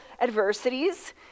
adversities